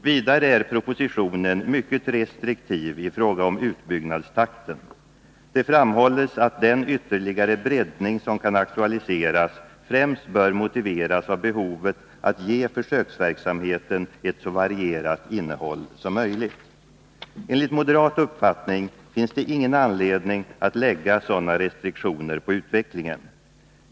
Vidare är propositionen mycket restriktiv i fråga om utbyggnadstakten. Det framhålls att den ytterligare breddning som kan aktualiseras främst bör motiveras av behovet att ge försöksverksamheten ett så varierat innehåll som möjligt. Enligt moderat uppfattning finns det ingen anledning att lägga sådana restriktioner på utvecklingen.